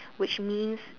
which means